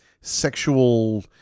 sexual